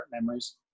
memories